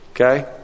Okay